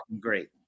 great